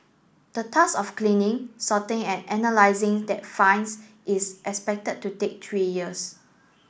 the task of cleaning sorting and analysing that finds is expected to take three years